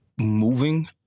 moving